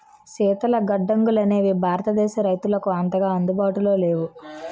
శీతల గడ్డంగులనేవి భారతదేశ రైతులకు అంతగా అందుబాటులో లేవు